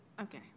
Okay